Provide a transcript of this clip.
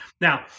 Now